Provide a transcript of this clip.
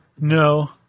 No